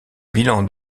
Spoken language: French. bilan